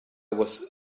was